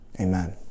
Amen